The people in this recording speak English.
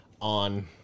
on